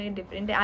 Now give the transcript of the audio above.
different